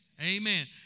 amen